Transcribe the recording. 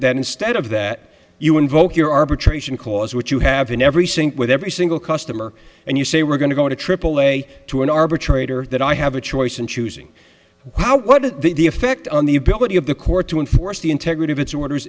that instead of that you invoke your arbitration clause which you have in every sink with every single customer and you say we're going to go to aaa to an arbitrator that i have a choice in choosing how what is the effect on the ability of the court to enforce the integrity of its orders